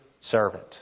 Servant